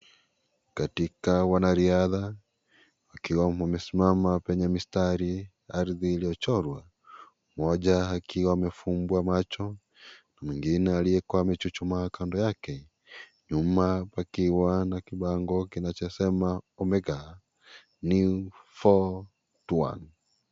Katika wanariadha ikiwa mmesimama kwenye misitari ardhi iliyochorwa mmoja akiwa amefungwa macho mwingine aliyekua amechuchumaa kando yake nyuma pakiwa na kibango kinachosema Omega New 4 : 1 .